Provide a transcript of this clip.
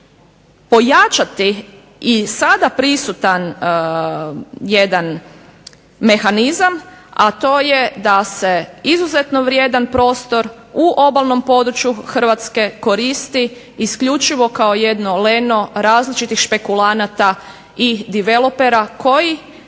pojačati i sada prisutan jedan mehanizam, a to je da se izuzetno vrijedan prostor u obalnom području Hrvatske koristi isključivo kao jedno leno različitih špekulanata i developera koji